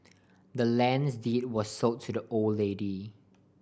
the land's deed was sold to the old lady